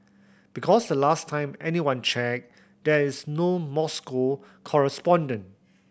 because the last time anyone checked there is no Moscow correspondent